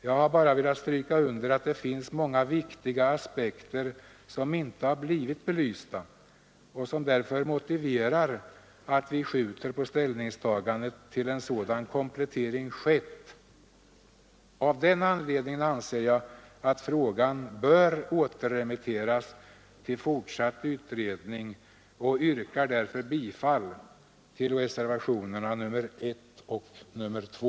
Jag har bara velat stryka under att det finns många viktiga aspekter som inte har blivit belysta och som därför motiverar att vi skjuter på ställningstagandet tills en sådan komplettering skett. Av den anledningen anser jag att frågan bör återremitteras till fortsatt utredning och yrkar därför bifall till reservationerna 1 och 2.